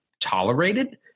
tolerated